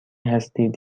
هستید